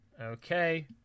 Okay